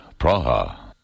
Praha